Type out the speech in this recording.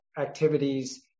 activities